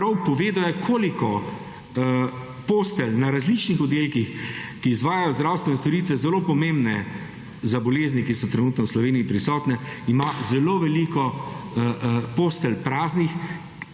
zdravstvene storitve zelo pomembne za bolezni, ki so trenutno v Sloveniji prisotne in ima zelo veliko postelj praznih,